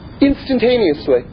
instantaneously